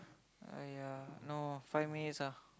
!aiya! no five minutes ah